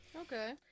Okay